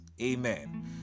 Amen